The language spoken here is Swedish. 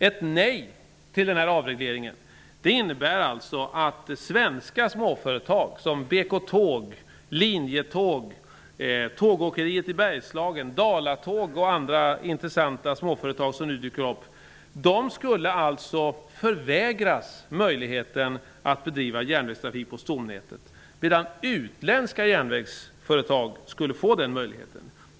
Ett nej till avregleringen innebär att svenska småföretag som BK-tåg, Linjetåg, Tågåkeriet i Bergslagen, Dalatåg och andra intressanta småföretag skulle förvägras möjligheten att bedriva järnvägstrafik på stomnätet, medan utländska järnvägsföretag skulle få den möjligheten.